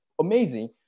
amazing